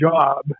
job